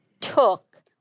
took